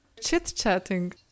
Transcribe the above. chit-chatting